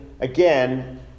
again